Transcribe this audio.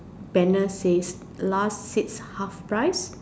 banner says last six half price